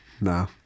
no